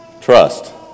trust